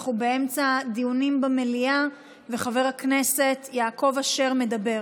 אנחנו באמצע דיונים במליאה וחבר הכנסת יעקב אשר מדבר.